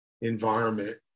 environment